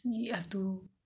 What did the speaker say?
nasi lemak